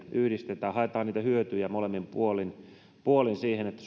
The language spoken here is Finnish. yhdistetään ja haetaan hyötyjä molemmin puolin puolin siitä että